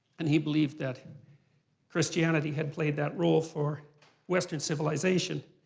and he believed that christianity had played that role for western civilization.